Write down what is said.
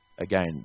Again